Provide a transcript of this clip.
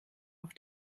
auf